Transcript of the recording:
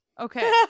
okay